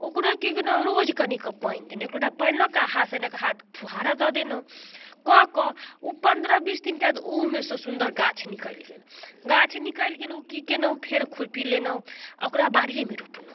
ओकरो कि केलहुँ रोज कनिकऽ पानि देलहुँ एक लोटा पानि लऽ कऽ हाथसँ एनाकऽ हाथ फुहारा दऽ देलहुँ कऽ कऽ ओ पनरह बीस दिनके बाद ओहिमेसँ सुन्दर गाछ निकलि गेल गाछ निकलि गेल ओ कि केलहुँ फेर खुरपी लेलहुँ आओर ओकरा बाड़िएमे रोपलहुँ